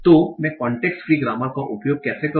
तो मैं context free grammar का उपयोग कैसे करूं